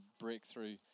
breakthrough